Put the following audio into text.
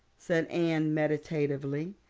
said anne meditatively.